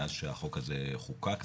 מאז שהחוק הזה חוקק,